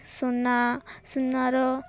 ସୁନା ସୁନାର